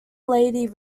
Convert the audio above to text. lady